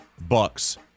Bucks